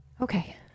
Okay